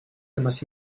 temas